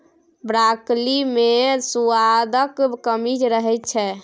broccoli मे सुआदक कमी रहै छै